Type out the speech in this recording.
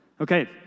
Okay